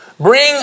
Bring